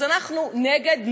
אז אנחנו נגד,